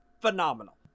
phenomenal